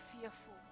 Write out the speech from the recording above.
fearful